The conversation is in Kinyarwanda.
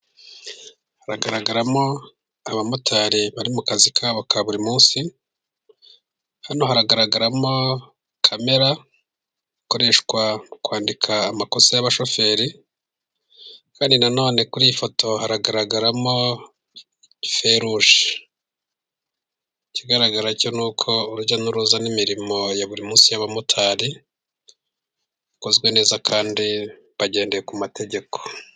Hagaragaramo abamotari bari mu kazi kabo ka buri munsi . Hano hagaragaramo kamera ikoreshwa mu kwandika amakosa y'abashoferi . Kandi na none kuri iyi foto haragaragaramo feruje. Ikigaragara cyo nuko urujya n'uruza n' imirimo ya buri munsi y'abamotari, yakozwe neza kandi bagendeye ku mategeko.